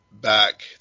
back